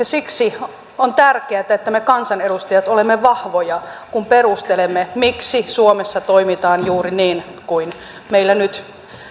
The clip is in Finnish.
siksi on tärkeätä että me kansanedustajat olemme vahvoja kun perustelemme miksi suomessa toimitaan juuri niin kuin meillä nyt